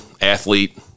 athlete